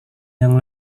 yang